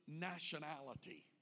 nationality